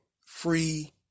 free